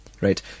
right